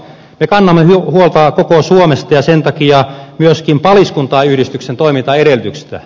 me kannamme huolta koko suomesta ja sen takia myöskin paliskuntain yhdistyksen toimintaedellytyksistä